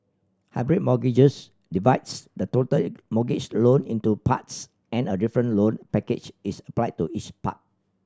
hybrid mortgages divides the total mortgage loan into parts and a different loan package is applied to each part